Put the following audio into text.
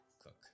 cook